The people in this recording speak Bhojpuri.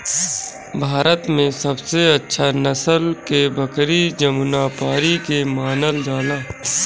भारत में सबसे अच्छा नसल के बकरी जमुनापारी के मानल जाला